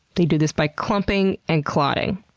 they do this by clumping and clotting.